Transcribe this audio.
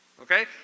Okay